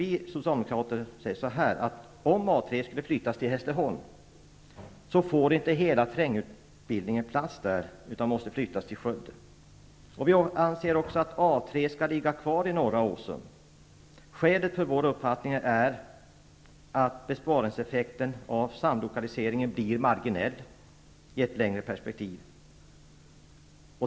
Vi socialdemokrater anser att om A 3 flyttas till Hässleholm får inte hela trängutbildningen plats där, utan måste flyttas till Skövde. Vi anser också att A 3 skall ligga kvar i Norra Åsum. Skälet för vår uppfattning är att besparingseffekten av samlokaliseringen blir marginell i ett längre perspektiv.